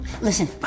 Listen